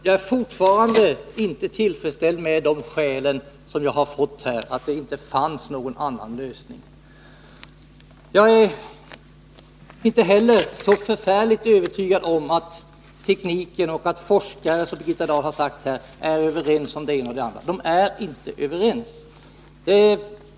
Jag är fortfarande inte tillfredsställd med de skäl som jag har fått redovisade här och som bygger på uppfattningen att det inte fanns någon annan lösning. Jag är inte heller så förfärligt övertygad om att forskarna, som Birgitta Dahl har sagt, är överens om det ena eller det andra. De är inte överens.